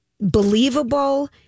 believable